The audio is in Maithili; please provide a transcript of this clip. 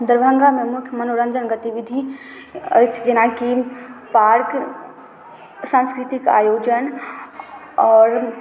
दरभंगामे मुख्य मनोरञ्जन गतिविधि अछि जेनाकि पार्क सांस्कृतिक आयोजन आओर